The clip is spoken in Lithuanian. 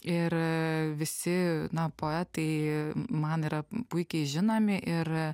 ir visi na poetai man yra puikiai žinomi ir